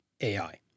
AI